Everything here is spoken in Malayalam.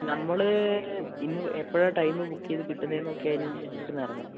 നമ്മൾ ഇന്ന് എപ്പോഴാണ് ടൈം ബുക്ക് ചെയ്ത് കിട്ടുന്നത് എന്ന് നോക്കി അതിനനുസരിച്ച് ഇവിടെനിന്ന് ഇറങ്ങാം